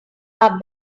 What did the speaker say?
are